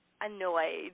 annoyed